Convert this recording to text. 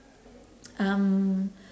um